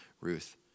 Ruth